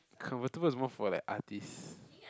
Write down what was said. convertible is more for like artist